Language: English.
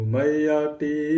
Mayati